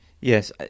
Yes